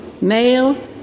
Male